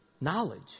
Knowledge